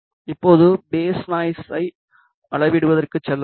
இப்போது பேஸ் நாய்ஸை அளவிடுவதற்கு செல்லலாம்